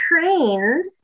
trained